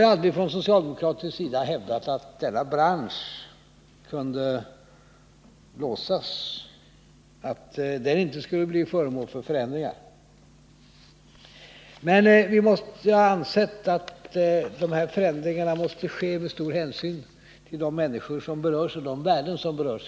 Vi har från socialdemokratisk sida aldrig hävdat att denna bransch kunde låsas, att den inte skulle bli föremål för förändringar. Men vi har ansett att förändringarna måste företas med stor hänsyn till de människor och de värden som berörs.